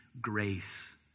grace